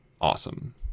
awesome